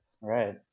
Right